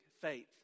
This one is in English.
faith